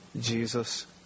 Jesus